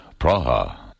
Praha